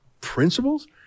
principles